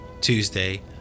Tuesday